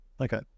Okay